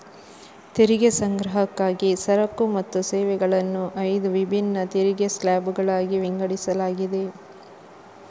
ತೆರಿಗೆ ಸಂಗ್ರಹಕ್ಕಾಗಿ ಸರಕು ಮತ್ತು ಸೇವೆಗಳನ್ನು ಐದು ವಿಭಿನ್ನ ತೆರಿಗೆ ಸ್ಲ್ಯಾಬುಗಳಾಗಿ ವಿಂಗಡಿಸಲಾಗಿದೆ